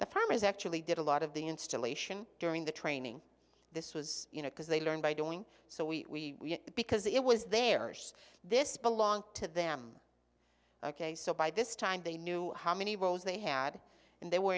primaries actually did a lot of the installation during the training this was you know because they learn by doing so we because it was there this belongs to them ok so by this time they knew how many rows they had and they were